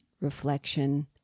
reflection